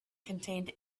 contained